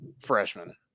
Freshman